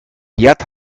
gerd